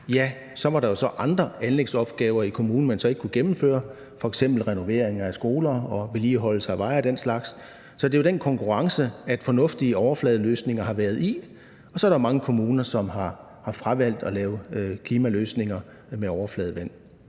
ja, så var der så andre anlægsopgaver i kommunen, man så ikke kunne gennemføre, som f.eks. renovering af skoler og vedligeholdelse af veje og den slags. Så det er jo den konkurrence, som fornuftige overfladeløsninger har været i, og så er der mange kommuner, som har fravalgt at lave klimaløsninger med overfladevand.